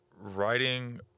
writing